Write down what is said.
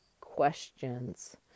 questions